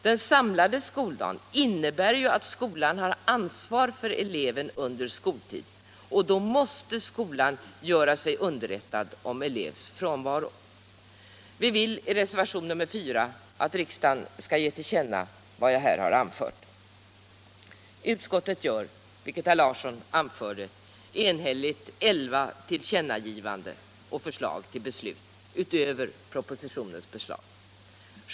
Den samlade skoldagen innebär ju att skolan har ansvaret för eleven under skoltid, och då måste skolan göra sig underrättad om elevs frånvaro. Vi vill i reservationen 4 att riksdagen skall ge till känna vad jag här anfört. Utskottet gör, som herr Larsson i Staffanstorp anförde, enhälligt elva tillkännagivanden eller förslag till beslut utöver propositionens förslag.